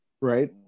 right